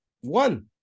one